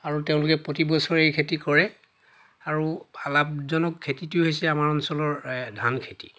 আৰু তেওঁলোকে প্ৰতিবছৰে এই খেতি কৰে আৰু লাভজনক খেতিটো হৈছে আমাৰ অঞ্চলৰ ধান খেতি